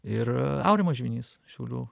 ir aurimas žvinys šiaulių